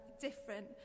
different